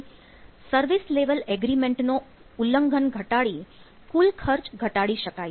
અહીં service level agreement નો ઉલ્લંઘન ઘટાડી કુલ ખર્ચ ઘટાડી શકાય છે